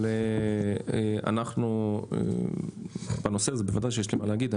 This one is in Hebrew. אבל אנחנו בנושא הזה בוודאי שיש לי מה להגיד.